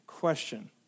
question